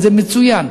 וזה מצוין,